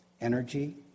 Energy